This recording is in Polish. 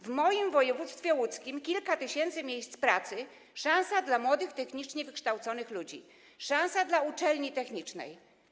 W moim województwie łódzkim byłaby szansa na kilka tysięcy miejsc pracy, szansa dla młodych, technicznie wykształconych ludzi, szansa dla uczelni technicznej.